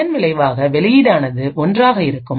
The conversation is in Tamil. இதன் விளைவாக வெளியீடானது ஒன்றாக இருக்கும்